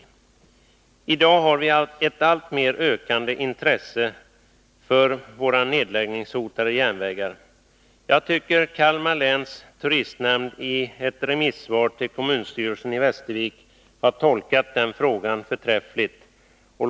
I dag har vi ett alltmer ökande intresse för våra nedläggningshotade järnvägar. Jag tycker att Kalmar läns turistnämnd har tolkat den frågan förträffligt i ett remissvar till kommunstyrelsen i Västervik.